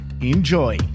Enjoy